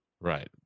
Right